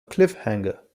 cliffhanger